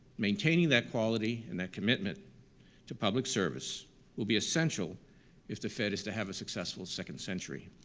maintaining that quality and that commitment to public service will be essential if the fed is to have a successful second century.